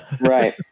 right